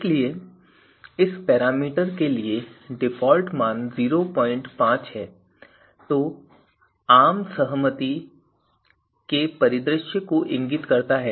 हालांकि इस पैरामीटर के लिए डिफ़ॉल्ट मान 05 है जो आम सहमति के परिदृश्य को इंगित करता है